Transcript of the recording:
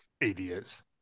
Idiots